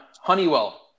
Honeywell